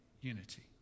unity